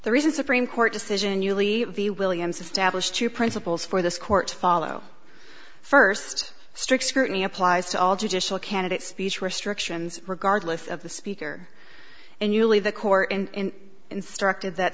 the reason supreme court decision you leave the williams established two principles for this court to follow first strict scrutiny applies to all judicial candidates speech restrictions regardless of the speaker and uli the court and instructed that